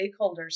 stakeholders